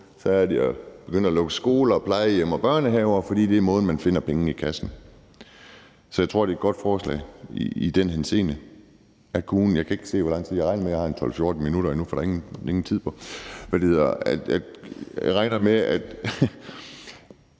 så er det at begynde at lukke skoler, plejehjem og børnehaver, bare fordi det er måden, man finder pengene i kassen på. Så jeg tror, at det er et godt forslag i den henseende. Jeg kan ikke se, hvor lang tid jeg har tilbage; jeg regner med, at jeg har 12-14 minutter endnu, for der er ingen tid på. Jeg tror virkelig, at